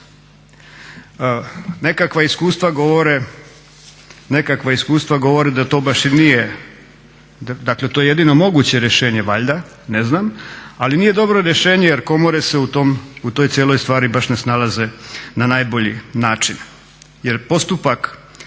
Nekakva iskustva govore da to baš i nije, dakle to je jedino moguće rješenje valjda ne znam, ali nije dobro rješenje jer komore se u toj cijeloj stvari baš ne snalaze na najbolji način